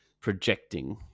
projecting